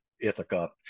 Ithaca